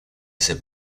ese